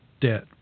debt